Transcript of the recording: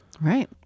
Right